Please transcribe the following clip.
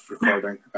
recording